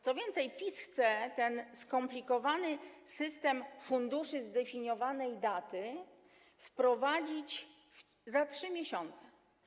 Co więcej, PiS chce ten skomplikowany system funduszy zdefiniowanej daty wprowadzić za 3 miesiące.